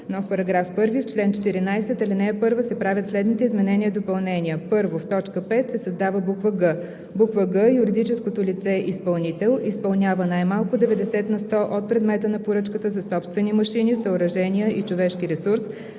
нов § 1: § 1. В чл. 14, ал. 1 се правят следните изменения и допълнения: 1. В т. 5 се създава буква „г“: ,,г) юридическото лице-изпълнител изпълнява най-малко 90 на сто от предмета на поръчката със собствени машини, съоръжения и човешки ресурс,